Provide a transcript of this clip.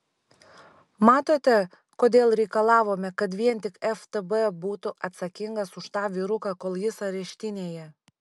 matote kodėl reikalavome kad vien tik ftb būtų atsakingas už tą vyruką kol jis areštinėje